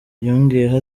yongeyeho